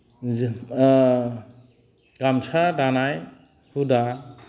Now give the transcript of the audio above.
जों गामसा दानाय हुदा